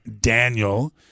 Daniel